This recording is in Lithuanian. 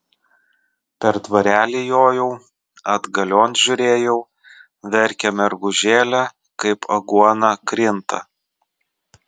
per dvarelį jojau atgalion žiūrėjau verkia mergužėlė kaip aguona krinta